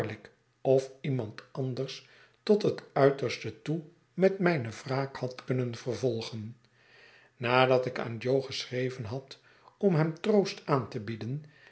of iemand anders tot het uiterste toe met mijne wraak had kunnen vervolgen nadat ik aan jo geschreven had om hem troost aan te bieden